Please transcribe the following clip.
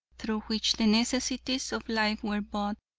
through which the necessities of life were bought,